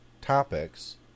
topics